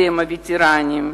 אתם הווטרנים,